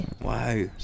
Wow